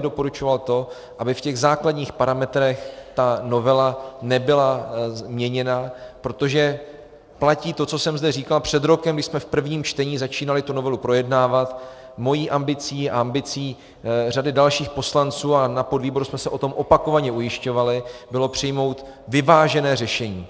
doporučoval to, aby v základních parametrech ta novela nebyla měněna, protože platí to, co jsem zde říkal před rokem, když jsme v prvním čtení začínali tu novelu projednávat, mojí ambicí a ambicí řady dalších poslanců, a na podvýboru jsme se o tom opakovaně ujišťovali, bylo přijmout vyvážené řešení.